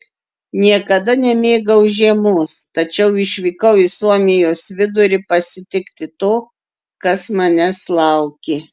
niekada nemėgau žiemos tačiau išvykau į suomijos vidurį pasitikti to kas manęs laukė